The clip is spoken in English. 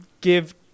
give